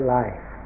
life